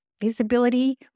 Visibility